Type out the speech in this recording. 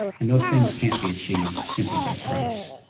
and those things can't be achieved simply by price.